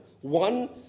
one